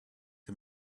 the